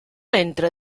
entra